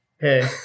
hey